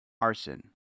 arson